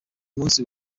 munsi